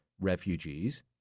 refugees